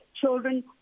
children